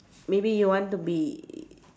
maybe you want to be